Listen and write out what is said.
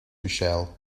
michelle